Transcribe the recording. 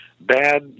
bad